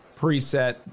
preset